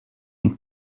und